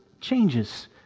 changes